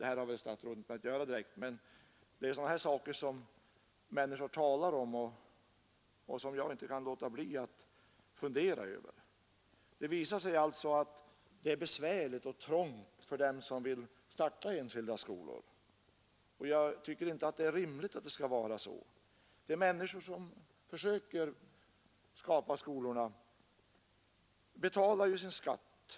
Det hä hade statsrådet Carlsson inte med att göra direkt, men det är sådana här saker som människor talar om och som jag inte kan låta bli att fundera över. Det visar sig alltså att det är besvärligt och trångt för dem som vill starta enskilda skolor. Jag tycker inte det är rimligt att det skall vara så. De människor som försöker skapa skolor av detta slag betalar ju sin skatt.